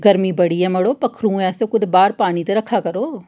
गर्मी बड़ी ऐ मड़ो पक्खरुएं आस्तै कुतै बाह्र पानी ते रक्खा करो